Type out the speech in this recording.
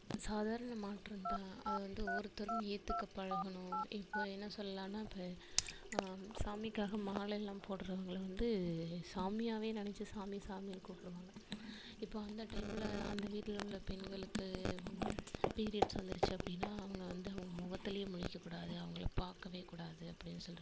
சாதாரண மாற்றம் தான் அது வந்து ஒவ்வொருத்தரும் ஏற்றுக்கப் பழகணும் இப்போ என்ன சொல்லலான்னால் இப்போ சாமிக்காக மாலையெலாம் போடுறவங்கள வந்து சாமியாகவே நெனைச்சு சாமி சாமின்னு கூப்பிட்ணும் இப்போ அந்த டைமில் அந்த வீட்டில் உள்ள பெண்களுக்கு பீரியட்ஸ் வந்துருச்சு அப்படின்னா அவங்க வந்து அவங்க முகத்தில் முழிக்கக்கூடாது அவங்கள பார்க்கவே கூடாது அப்படின்னு சொல்றாங்க